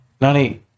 Nani